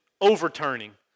overturning